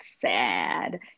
sad